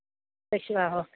സ്പെഷ്യലാണ് ഓക്കെ